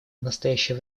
настоящее